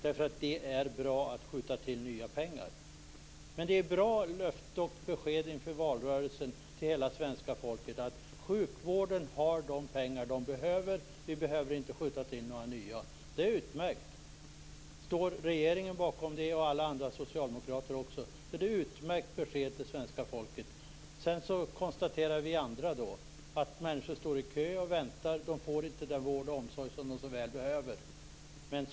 Det är nämligen bra att skjuta till nya pengar. Inför valrörelsen är det ett bra löfte och besked till hela svenska folket att sjukvården har de pengar som den behöver. Några nya pengar behöver alltså inte skjutas till. Om regeringen och övriga socialdemokrater står bakom det, så är det ett utmärkt besked till svenska folket. Vi andra konstaterar att människor står i kö och väntar. De får inte den vård och den omsorg som de så väl behöver.